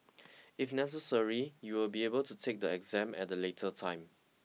if necessary you will be able to take the exam at a later time